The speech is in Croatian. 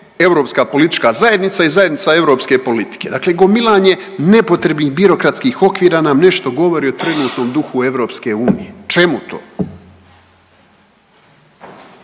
europska politička zajednica i zajednica europske politike. Dakle, gomilanje nepotrebnih birokratskih okvira nam nešto govori o trenutnom duhu EU. Čemu to?